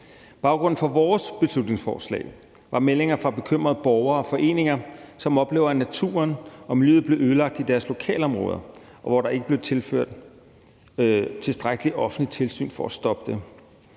Baggrunden for vores beslutningsforslag var meldinger fra bekymrede borgere og foreninger, som oplever, at naturen og miljøet blev ødelagt i deres lokalområder, og at der ikke blev ført tilstrækkelige offentlige tilsyn for at stoppe det.